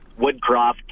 Woodcroft